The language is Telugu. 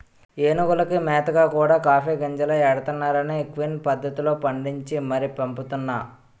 ఏనుగులకి మేతగా కూడా కాఫీ గింజలే ఎడతన్నారనీ క్విన్ పద్దతిలో పండించి మరీ పంపుతున్నా